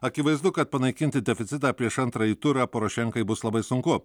akivaizdu kad panaikinti deficitą prieš antrąjį turą porošenkai bus labai sunku